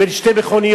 בין שתי מכוניות,